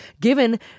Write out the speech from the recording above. given